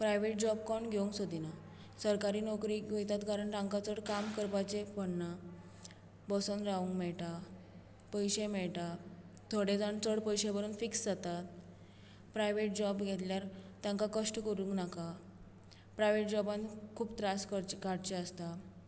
private job कोण घेवंक सोदिनात सरकारी नोकरेक वंयतात कारण तांकां चड काम करपाचें पडना बसोन रावंक मेळटा पयशे मेळटा थोडे जाण चड पयशे भरुन फिक्स जातात प्रायवेट जॉब घेतल्यार तांकां कश्ट करूंक नाका प्रायवेट जॉबांत खूब त्रास काडचे आसता